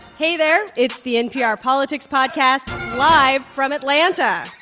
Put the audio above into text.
hey there. it's the npr politics podcast live from atlanta